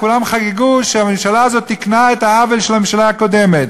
כולם חגגו כשהממשלה הזאת תיקנה את העוול של הממשלה הקודמת.